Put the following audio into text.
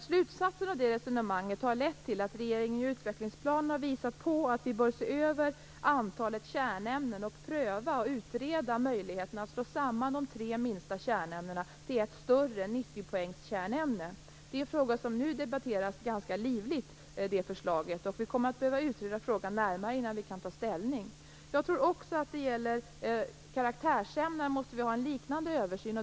Slutsatsen av det resonemanget har lett till att regeringen i utvecklingsplanen har visat på att vi bör se över antalet kärnämnen och pröva och utreda möjligheterna att slå samman de tre minsta kärnämnena till ett större 90 poängs kärnämne. Det är en fråga som nu debatteras ganska livligt. Vi kommer att behöva utreda frågan närmare innan vi kan ta ställning. Jag tror också att vi i karaktärsämnena måste ha en liknande översyn.